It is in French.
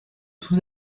sous